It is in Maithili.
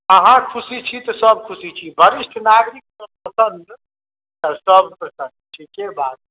अहाँके ख़ुशी छी तऽ सब ख़ुशी छी भविष्य मे आदमीक स्वतन्त्रता मिलय त सब सॅं ठीके बात